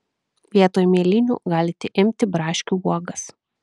vietoj mėlynių galite imti braškių uogas